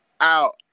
out